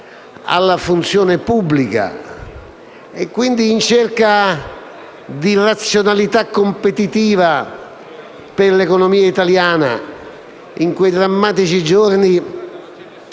alla funzione pubblica, e quindi in cerca di razionalità competitiva per l'economia italiana in quei drammatici giorni,